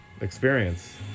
experience